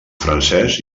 francès